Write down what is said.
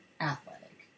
athletic